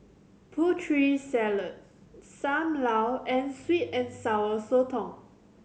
Putri Salad Sam Lau and sweet and Sour Sotong